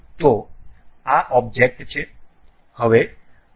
તો આ ઓબ્જેક્ટ છે